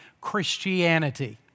Christianity